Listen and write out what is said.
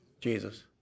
Jesus